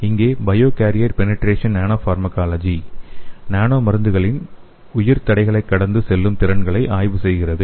இங்கே bio barrier penetration nano pharmacology nano மருந்துகளின் உயிர் தடைகளை கடந்து செல்லும் திறன்களை ஆய்வு செய்கிறது